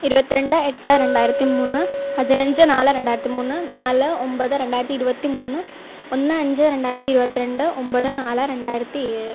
ഇരുപത്തിരണ്ട് എട്ട് രണ്ടായിരത്തി മൂന്ന് പതിനഞ്ച് നാല് രണ്ടായിരത്തി മൂന്ന് നാല് ഒൻപത് രണ്ടായിരത്തി ഇരുപത്തി മൂന്ന് ഒന്ന് അഞ്ച് രണ്ടായിരത്തി ഇരുപത്തി രണ്ട് ഒൻപത് നാല് രണ്ടായിരത്തി ഏഴ്